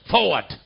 Forward